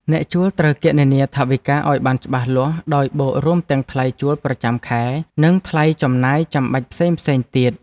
អ្នកជួលត្រូវគណនាថវិកាឱ្យបានច្បាស់លាស់ដោយបូករួមទាំងថ្លៃជួលប្រចាំខែ និងថ្លៃចំណាយចាំបាច់ផ្សេងៗទៀត។